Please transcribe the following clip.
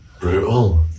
Brutal